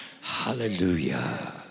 Hallelujah